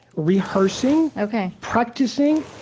rehearsing ok practicing.